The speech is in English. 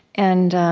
and